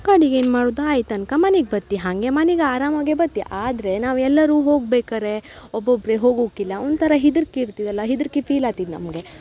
ಕಡಿಗೆ ಏನು ಮಾಡುದು ಆಯ್ತು ಅನ್ಕ ಮನಿಗೆ ಬತ್ತಿ ಹಾಗೆ ಮನಿಗೆ ಆರಾಮಾಗಿ ಬತ್ತಿ ಆದರೆ ನಾವು ಎಲ್ಲಾರೂ ಹೋಗ್ಬೇಕಾರೆ ಒಬ್ಬೊಬ್ಬರೇ ಹೋಗುಕ್ಕಿಲ್ಲ ಒಂಥರ ಹೆದ್ರಿಕೆ ಇರ್ತಿದಲ್ಲ ಹೆದ್ರಿಕೆ ಫೀಲ್ ಆಗ್ತಿತ್ ನಮಗೆ